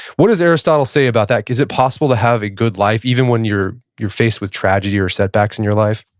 what does aristotle say about that? is it possible to have a good life even when you're faced with tragedy or setbacks in your life?